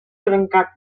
trencat